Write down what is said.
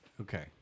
Okay